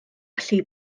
allu